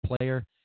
player